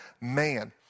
man